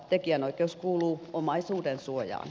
tekijänoikeus kuuluu omaisuudensuojaan